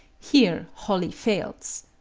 here wholly fails.